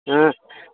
ಹಾಂ